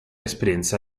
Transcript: esperienza